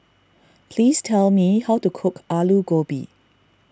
please tell me how to cook Aloo Gobi